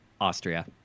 Austria